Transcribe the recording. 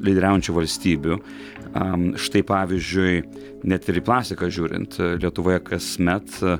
lyderiaujančių valstybių am štai pavyzdžiui net ir į plastiką žiūrint lietuvoje kasmet